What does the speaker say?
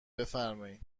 بفرمایین